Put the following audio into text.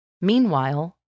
Meanwhile